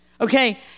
Okay